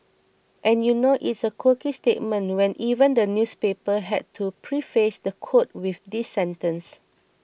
and you know it's a quirky statement when even the newspaper had to preface the quote with this sentence